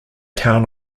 town